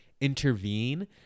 intervene